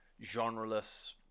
genreless